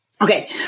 Okay